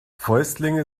fäustlinge